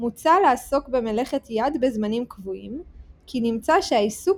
מוצע לעסוק במלאכת יד בזמנים קבועים כי נמצא שהעיסוק